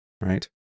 right